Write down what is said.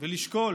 ולשקול